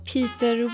Peter